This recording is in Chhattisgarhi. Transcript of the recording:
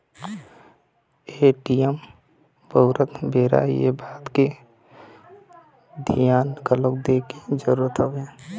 ए.टी.एम बउरत बेरा ये बात के धियान घलोक दे के जरुरत हवय